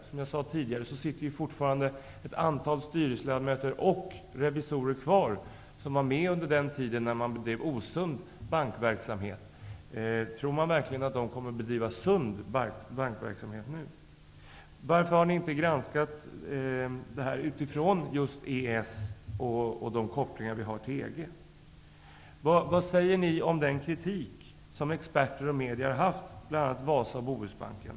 Som jag sade tidigare sitter fortfarande ett antal styrelseledamöter och revisorer kvar trots att de var med under den tid då man bedrev osund bankverksamhet. Tror man verkligen att de kommer att bedriva sund bankverksamhet nu? Varför har ni inte granskat förslaget utifrån EES avtalet och de kopplingar vi har till EG? Vad säger ni om den kritik som experter och media har framfört? Det gäller framför allt Wasa och Bohusbanken.